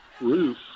roof